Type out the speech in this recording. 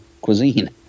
cuisine